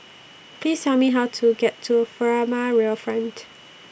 Please Tell Me How to get to Furama Riverfront